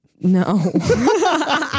No